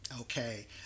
okay